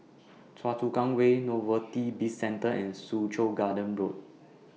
Choa Chu Kang Way Novelty Bizcentre and Soo Chow Garden Road